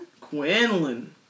Quinlan